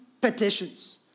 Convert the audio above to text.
petitions